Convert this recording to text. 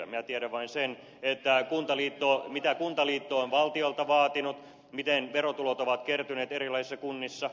minä tiedän vain sen mitä kuntaliitto on valtiolta vaatinut miten verotulot ovat kertyneet erilaisissa kunnissa